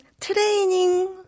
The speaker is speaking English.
training